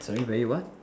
something very what